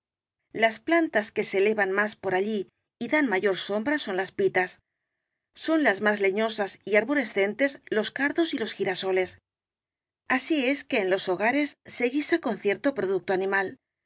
las plantas que se elevan más por allí y dan mayor sombra son las pitas son las más leñosas y arborescentes los car dos y los girasoles así es que en los hogares se guisa con cierto producto animal